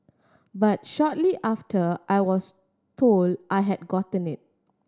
but shortly after I was told I had gotten it